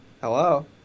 Hello